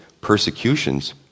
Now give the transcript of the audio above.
persecutions